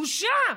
בושה.